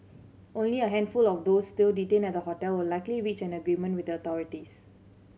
only a handful of those still detained at the hotel will likely reach an agreement with authorities